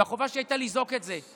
והחובה שהייתה לזעוק את זה,